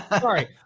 sorry